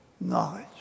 knowledge